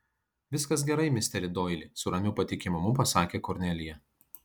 viskas gerai misteri doili su ramiu patikimumu pasakė kornelija